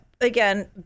again